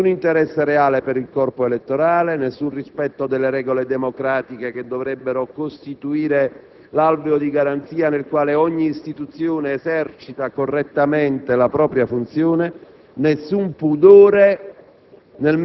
nessun interesse reale per il corpo elettorale; nessun rispetto delle regole democratiche che dovrebbero costituire l'alveo di garanzia nel quale ogni istituzione esercita correttamente la propria funzione; nessun pudore